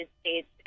States